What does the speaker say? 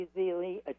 easily